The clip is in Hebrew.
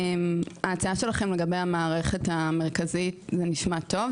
ההצעה שלכם לגבי המערכת המרכזית זה נשמע טוב.